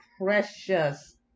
precious